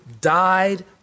died